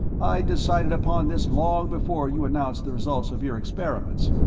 i'd decided upon this long before you announced the results of your experiments.